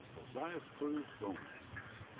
josias cruz gomez.